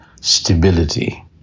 stability